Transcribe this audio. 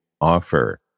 offer